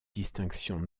distinctions